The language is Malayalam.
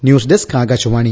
news desk Akashvani